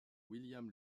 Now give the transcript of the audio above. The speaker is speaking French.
william